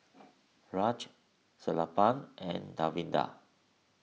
Raj Sellapan and Davinder